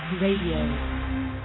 Radio